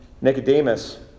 Nicodemus